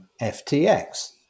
FTX